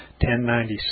1096